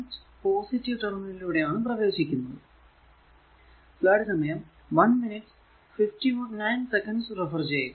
ഇവിടെ current positive terminal കൂടെ ആണ് പ്രവേശിക്കുന്നത്